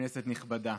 כנסת נכבדה,